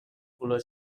color